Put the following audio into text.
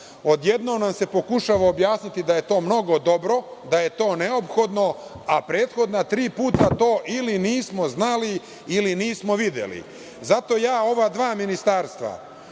odjednom se pokušava objasniti da je to mnogo dobro, da je to neophodno, a prethodna tri puta to ili nismo znali ili nismo videli. Zato ja ova dva ministarstva